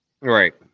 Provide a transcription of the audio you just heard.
Right